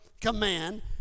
command